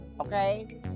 Okay